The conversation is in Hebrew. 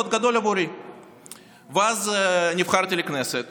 ואז נבחרתי לכנסת